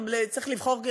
צריך לבחור להיעלב,